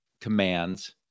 commands